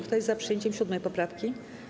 Kto jest za przyjęciem 7. poprawki?